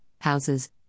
houses